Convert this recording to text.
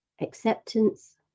acceptance